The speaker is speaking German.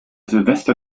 silvester